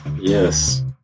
Yes